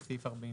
לסעיף 44?